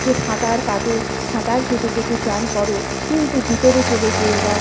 যে সাঁতার কাটো সাঁতার কেটে কেটে চান করো কিন্তু ভিতরে চলে যেও না